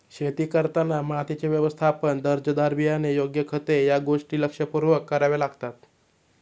शेती करताना मातीचे व्यवस्थापन, दर्जेदार बियाणे, योग्य खते या गोष्टी लक्षपूर्वक कराव्या लागतात